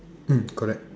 mm correct